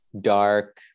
dark